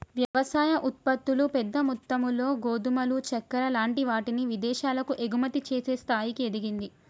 వ్యవసాయ ఉత్పత్తులు పెద్ద మొత్తములో గోధుమలు చెక్కర లాంటి వాటిని విదేశాలకు ఎగుమతి చేసే స్థాయికి ఎదిగింది